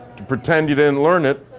to pretend you didn't learn it.